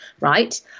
Right